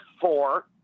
four